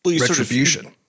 retribution